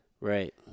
Right